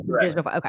okay